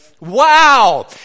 Wow